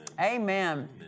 Amen